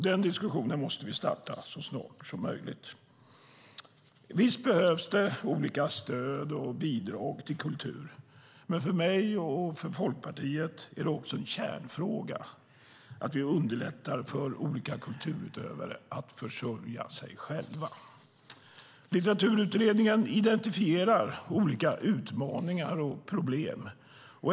Den diskussionen måste vi starta så snart som möjligt. Visst behövs det olika stöd och bidrag till kultur, men för mig och Folkpartiet är det också en kärnfråga att vi underlättar för olika kulturutövare att försörja sig själva. Litteraturutredningen identifierar olika utmaningar och problem.